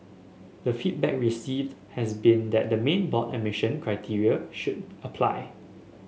the feedback received has been that the main board admission criteria should apply